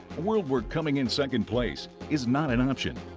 a world where coming in second place is not an option,